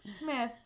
Smith